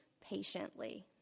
patiently